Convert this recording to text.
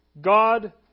God